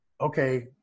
okay